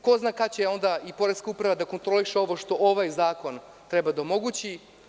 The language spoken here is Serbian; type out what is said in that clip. Ko zna kada će onda i poreska uprava da kontroliše ovo što ovaj zakon treba da omogući.